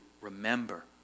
remember